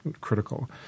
critical